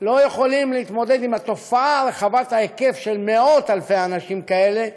אינו התמודדות עם התופעה רחבת ההיקף של מאות-אלפי אנשים כאלה,